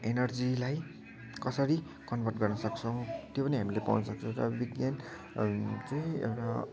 एनर्जीलाई कसरी कन्भर्ट गर्न सक्छौँ त्यो पनि हामीले पाउन सक्छौँ र विज्ञान चाहिँ एउटा